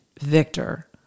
victor